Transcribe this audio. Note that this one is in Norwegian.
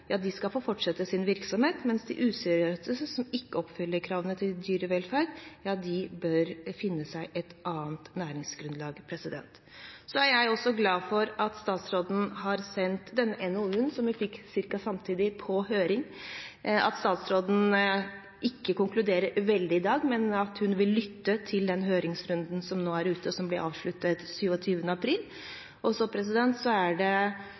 skal få fortsette sin virksomhet, mens de useriøse, som ikke oppfyller kravene til dyrevelferd, bør finne seg et annet næringsgrunnlag. Jeg er også glad for at statsråden har sendt denne NOU-en, som vi fikk ca. samtidig, på høring, at statsråden ikke konkluderer veldig i dag, men at hun vil lytte til den høringsrunden som er nå, og som blir avsluttet 27. april. Så er det på sin plass at Stortinget på en egnet måte går inn i diskusjonen når regjeringen har konkludert når det